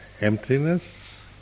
emptiness